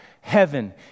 heaven